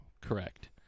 correct